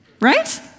Right